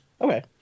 Okay